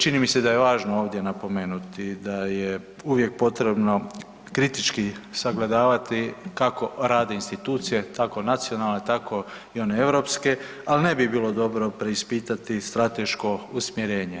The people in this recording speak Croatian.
Čini mi se da je važno ovdje napomenuti da je uvijek potrebno kritički sagledavati kako rade institucije tako nacionalne, tako i one europske, ali ne bi bilo dobro preispitati strateško usmjerenje.